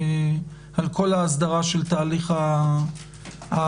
על כל ההסדרה של תהליך הדיגיטציה.